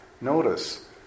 notice